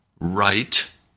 right